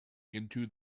into